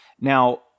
Now